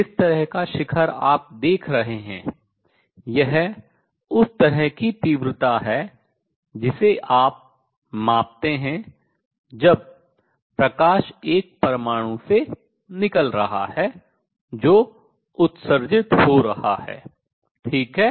जिस तरह का शिखर आप देख रहे हैं यह उस तरह की तीव्रता है जिसे आप मापते हैं जब प्रकाश एक परमाणु से निकल रहा है जो उत्सर्जित हो रहा है ठीक है